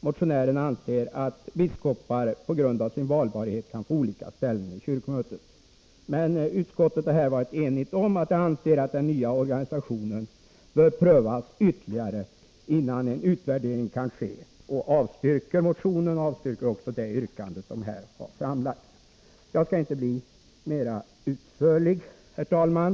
Motionärerna anser att biskopar på grund av sin valbarhet kan få olika ställning i kyrkomötet. Utskottet har varit enigt om att den nya organisationen bör prövas ytterligare innan en utvärdering kan ske och avstyrker därför motionen. Jag yrkar också avslag på det yrkande som här har framlagts. Jag skall inte bli utförligare än så, herr talman.